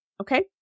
Okay